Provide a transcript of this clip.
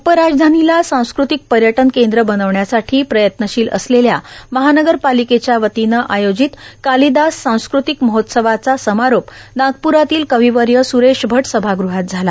उपराजधानीला सांस्कृतिक पर्यटन केंद्र बनविण्यासाठी प्रयत्नशील असलेल्या महानगरपालिकेच्या वतीनं आयोजित कालिदास सांस्कृतिक महोत्सवाचा समारोप नागपुरातील कविवर्य सुरेश भट सभागृहात झाला